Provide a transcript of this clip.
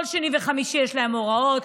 כל שני וחמישי יש להם הוראות,